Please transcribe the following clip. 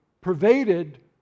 pervaded